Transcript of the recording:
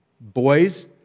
Boys